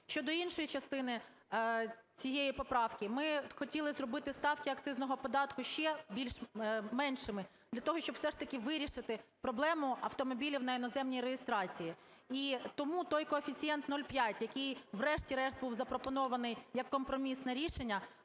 Щодо іншої частини цієї поправки, ми хотіли зробити ставки акцизного податку ще більш меншими для того, щоб все ж таки вирішити проблему автомобілів на іноземній реєстрації. І тому той коефіцієнт 0,5, який врешті-решт був запропонований як компромісне рішення,